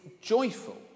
joyful